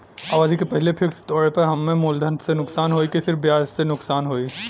अवधि के पहिले फिक्स तोड़ले पर हम्मे मुलधन से नुकसान होयी की सिर्फ ब्याज से नुकसान होयी?